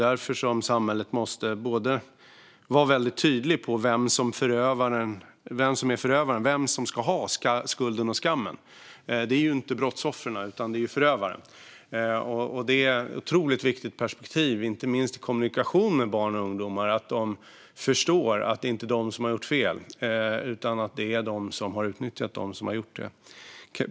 Därför måste samhället vara väldigt tydligt i fråga om vem som är förövaren, vem som ska bära skulden och skammen. Det ska inte brottsoffret utan förövaren göra. Det är ett otroligt viktigt perspektiv, inte minst i kommunikationen med barn och ungdomar så att de ska förstå att det inte är de som har gjort fel. Det är de som har utnyttjat dem som har gjort det.